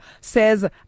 says